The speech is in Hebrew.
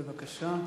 בבקשה.